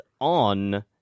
on